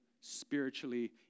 spiritually